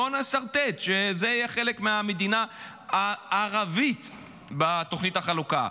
בואו נסרטט שזה יהיה חלק המדינה הערבית בתוכנית החלוקה.